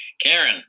karen